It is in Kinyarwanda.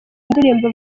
ndirimbo